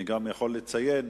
אני גם יכול לציין,